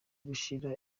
gushira